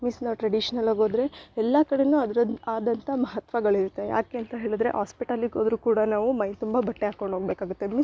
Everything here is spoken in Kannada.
ಮೀಸ್ ನಾವು ಟ್ರಡಿಷ್ನಲಾಗಿ ಹೋದರೆ ಎಲ್ಲ ಕಡೆ ಅದ್ರದ್ದೆ ಆದಂಥ ಮಹತ್ವಗಳಿರುತ್ತೆ ಯಾಕೆ ಅಂತ ಹೇಳಿದ್ರೆ ಆಸ್ಪಿಟಲಿಗೆ ಹೋದರು ಕೂಡ ನಾವು ಮೈ ತುಂಬ ಬಟ್ಟೆ ಹಾಕೊಂಡು ಹೋಗಬೇಕಾಗುತ್ತೆ ಮೀನ್ಸ್